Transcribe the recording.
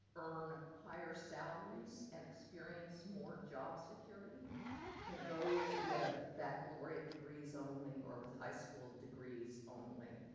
earn higher salaries and experience more job security than those with baccalaureate degrees only or with high school degrees only.